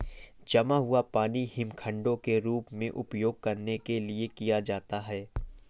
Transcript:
जमा हुआ पानी हिमखंडों के रूप में उपयोग करने के लिए किया जाता है